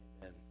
Amen